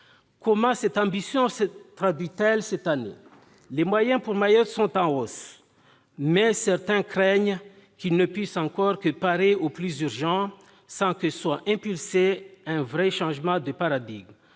Comment cette ambition se traduit-elle cette année ? Les moyens pour Mayotte sont en hausse, mais certains craignent qu'ils puissent seulement parer au plus urgent, sans impulser un vrai changement de paradigme.